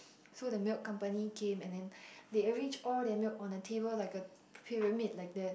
so the milk company came and then they arrange all the milk on the table like a pyramid like that